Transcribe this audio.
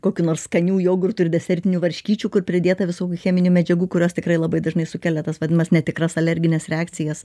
kokių nors skanių jogurtų ir desertinių varškyčių kur pridėta visokių cheminių medžiagų kurios tikrai labai dažnai sukelia tas vadinamas netikras alergines reakcijas